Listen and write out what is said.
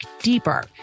deeper